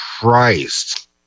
Christ